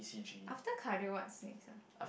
after cardio what's next ah